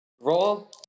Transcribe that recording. Roll